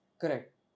Correct